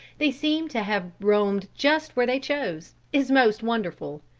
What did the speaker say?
they seem to have roamed just where they chose, is most wonderful.